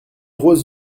rose